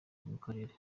imikorere